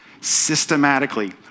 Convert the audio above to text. systematically